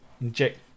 inject